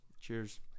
Cheers